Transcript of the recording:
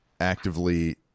actively